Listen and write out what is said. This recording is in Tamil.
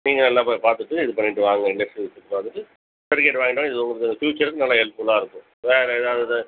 நீங்கள் நல்லா போய் பார்த்துட்டு இது பண்ணிவிட்டு வாங்க இண்டஸ்ரியல் விசிட் பார்த்துட்டு சர்டிஃபிகேட் வாங்கிகிட்டு வாங்க இது உங்களுக்கு ஃபியூச்சருக்கு நல்ல ஹெல்ப்ஃபுல்லாக இருக்கும் வேறு எதாவது